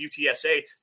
UTSA